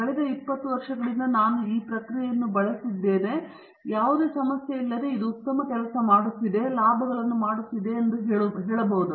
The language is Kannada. ಕಳೆದ 20 ವರ್ಷಗಳಿಂದ ನಾವು ಈ ಪ್ರಕ್ರಿಯೆಯನ್ನು ಬಳಸುತ್ತಿದ್ದೇನೆ ಮತ್ತು ಯಾವುದೇ ಸಮಸ್ಯೆಯಿಲ್ಲದೆ ಇದು ಉತ್ತಮ ಕೆಲಸ ಮಾಡುತ್ತಿದೆ ಮತ್ತು ನಾವು ಲಾಭಗಳನ್ನು ಮಾಡುತ್ತಿದ್ದೇವೆ ಎಂದು ಹೇಳುತ್ತಾರೆ